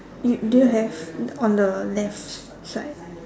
you do you have on the left side